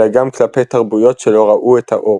אלא גם כלפי תרבויות שלא ראו את האור”.